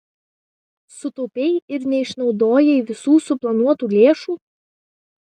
sutaupei ir neišnaudojai visų suplanuotų lėšų